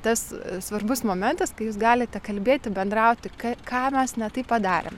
tas svarbus momentas kai jūs galite kalbėti bendrauti ką ką mes ne taip padarėm